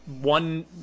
one